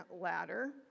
ladder